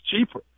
cheaper